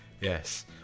yes